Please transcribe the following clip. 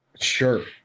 sure